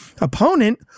opponent